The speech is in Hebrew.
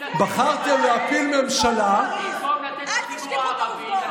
אל תשכחו את העובדות.